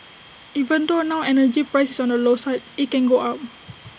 even though now energy price is on the low side IT can go up